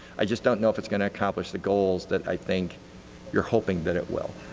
i just don't know if it's going to accomplish the goals that i think you're hoping that it will.